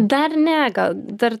dar ne gal dar